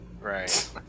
Right